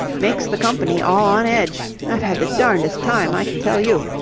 makes the company all on edge. i've had the darndest time, i can tell you.